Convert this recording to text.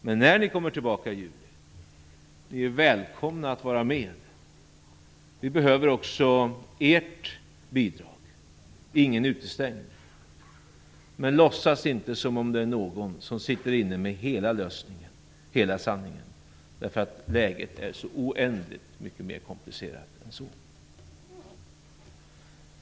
Men när ni kommer tillbaka i juli är ni välkomna att vara med. Vi behöver också ert bidrag - ingen är utestängd. Men låtsas inte som om det är någon som sitter inne med hela lösningen, hela sanningen. Läget är nämligen så oändligt mycket mer komplicerat än så.